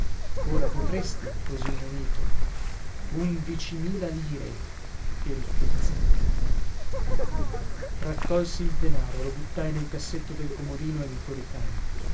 ora potresti così munito undicimila lire che ricchezza raccolsi il denaro lo buttai nel cassetto del comodino e mi coricai